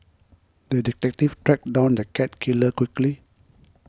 the detective tracked down the cat killer quickly